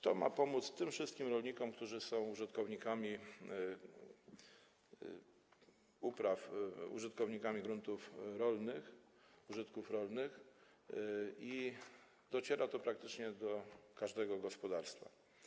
To ma pomóc tym wszystkim rolnikom, którzy są użytkownikami upraw, gruntów rolnych, użytków rolnych, i dociera to do praktycznie każdego gospodarstwa.